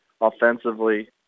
offensively